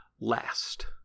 last